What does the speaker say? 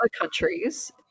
countries